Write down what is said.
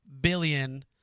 billion